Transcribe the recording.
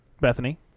bethany